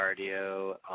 cardio